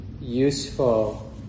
useful